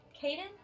Caden